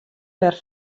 wer